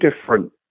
different